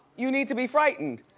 you need to be frightened.